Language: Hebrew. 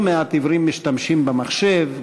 לא מעט עיוורים משתמשים במחשב,